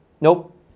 nope